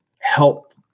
help